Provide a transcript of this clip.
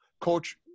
coach